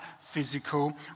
physical